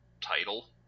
title